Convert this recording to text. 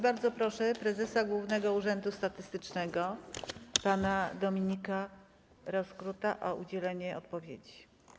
Bardzo proszę prezesa Głównego Urzędu Statystycznego pana Dominika Rozkruta o udzielenie odpowiedzi.